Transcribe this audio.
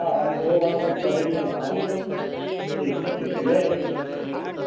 हा हा थोरो घणो कुझु करे ॾींदोसांव ठीक आहे ठीक आहे जय श्री कृष्ण जय श्री कृष्ण